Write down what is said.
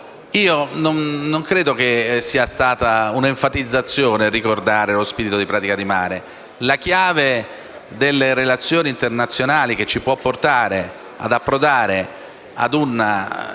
Non credo sia stata un'enfatizzazione ricordare lo spirito di Pratica di Mare. La chiave delle relazioni internazionali, che ci può portare ad approdare a una